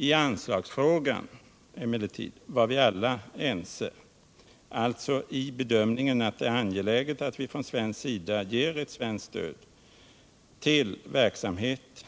I anslagsfrågan var vi emellertid alla ense, alltså i bedömningen att det är angeläget att vi från svensk sida ger stöd till verksamhet